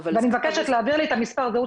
ואני מבקשת להעביר לי את מספר הזהות